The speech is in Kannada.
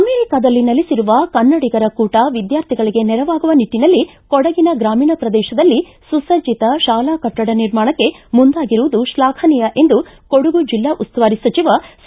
ಅಮೇರಿಕಾದಲ್ಲಿ ನೆಲಸಿರುವ ಕನ್ನಡಿಗರ ಕೂಟ ವಿದ್ಕಾರ್ಥಿಗಳಿಗೆ ನೆರವಾಗುವ ನಿಟ್ಟನಲ್ಲಿ ಕೊಡಗಿನ ಗ್ರಾಮೀಣ ಪ್ರದೇಶದಲ್ಲಿ ಸುಸಜ್ಜತ ಶಾಲಾ ಕಟ್ಟಡ ನಿರ್ಮಾಣಕ್ಕೆ ಮುಂದಾಗಿರುವುದು ಶ್ಲಾಘನೀಯ ಎಂದು ಕೊಡಗು ಜಿಲ್ಲಾ ಉಸ್ತುವಾರಿ ಸಚಿವ ಸಾ